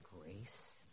grace